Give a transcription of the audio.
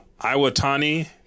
Iwatani